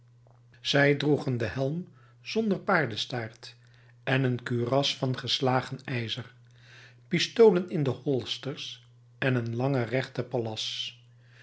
zij droegen den helm zonder paardenstaart en een kuras van geslagen ijzer pistolen in de holsters en een langen rechten pallas